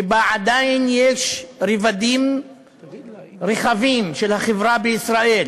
שבה עדיין יש רבדים רחבים של החברה בישראל